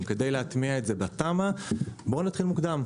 כדי להטמיע את זה בתמ"א בואו נתחיל מוקדם.